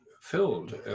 filled